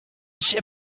się